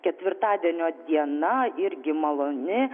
ketvirtadienio diena irgi maloni